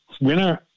winner